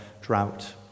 drought